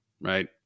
right